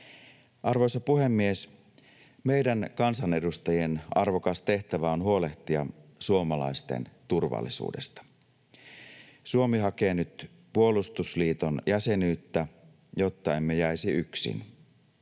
Arvoisa puhemies! Meidän kansanedustajien arvokas tehtävä on huolehtia suomalaisten turvallisuudesta. Suomi hakee nyt puolustusliiton jäsenyyttä, jotta emme jäisi yksin